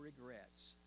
regrets